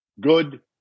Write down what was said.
Good